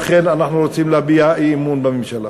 לכן אנחנו רוצים להביע אי-אמון בממשלה.